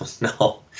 no